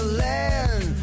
land